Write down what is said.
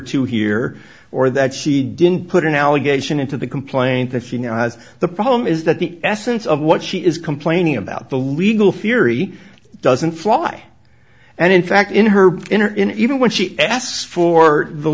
two here or that she didn't put an allegation into the complaint that she now has the problem is that the essence of what she is complaining about the legal theory doesn't fly and in fact in her in her in even when she asked for the